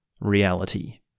reality